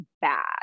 bad